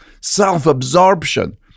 self-absorption